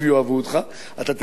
חבר הכנסת דניאל בן-סימון,